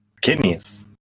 Kidneys